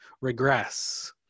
regress